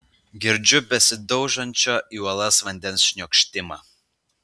girdžiu besidaužančio į uolas vandens šniokštimą